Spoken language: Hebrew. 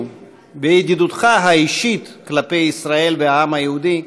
וידידותך האישית כלפי ישראל והעם היהודי,